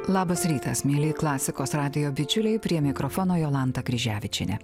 labas rytas mieli klasikos radijo bičiuliai prie mikrofono jolanta kryževičienė